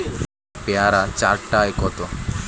পেয়ারা চার টায় কত?